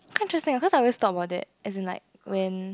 quite interesting eh cause I always thought about that as in like when